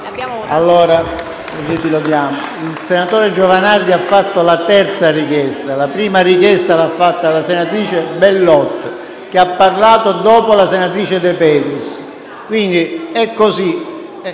Il senatore Giovanardi ha fatto la terza richiesta. La prima proposta è stata avanzata dalla senatrice Bellot, che ha parlato dopo la senatrice De Petris.